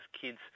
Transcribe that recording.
kids